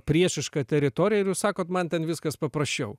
priešiška teritorija ir jūs sakot man ten viskas paprasčiau